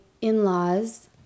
in-laws